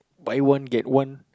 buy one get one